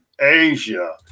asia